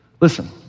listen